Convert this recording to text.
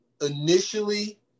initially